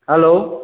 hello